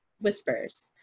whispers